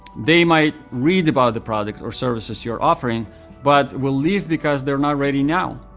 they might read about the product or services you're offering but will leave because they're not ready now.